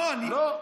לא, אני, לא.